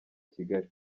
kigali